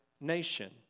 nation